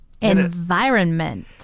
Environment